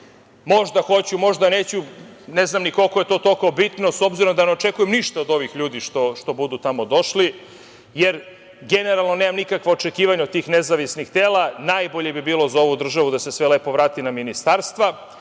Možda hoću, možda neću, ne znam ni koliko je to toliko bitno s obzirom da ne očekujem ništa od ovih ljudi što budu tamo došli, jer generalno nemam nikakva očekivanja od tih nezavisnih tela. Najbolje bi bilo za ovu državu da se sve lepo vrati na ministarstva,